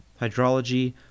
hydrology